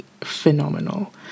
phenomenal